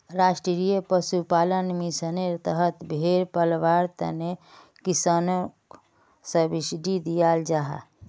राष्ट्रीय पशुपालन मिशानेर तहत भेड़ पलवार तने किस्सनोक सब्सिडी दियाल जाहा